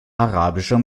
arabischer